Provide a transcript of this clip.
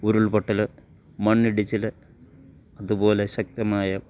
ഉരുൾപൊട്ടല് മണ്ണിടിച്ചില് അതുപോലെ ശക്തമായ